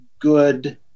good